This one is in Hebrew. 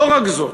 לא רק זאת.